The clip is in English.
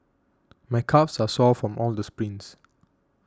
my calves are sore from all the sprints